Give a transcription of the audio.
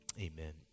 Amen